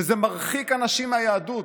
וזה מרחיק אנשים מהיהדות.